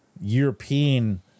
European